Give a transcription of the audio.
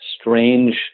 strange